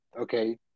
okay